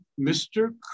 Mr